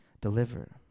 Deliver